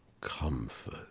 comfort